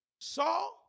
saw